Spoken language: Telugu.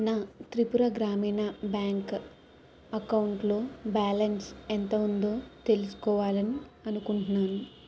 నా త్రిపుర గ్రామీణ బ్యాంక్ అకౌంట్లో బ్యాలెన్స్ ఎంత ఉందో తెల్సుకోవాలని అనుకుంట్నాను